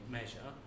measure